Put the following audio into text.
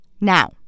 Now